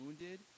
wounded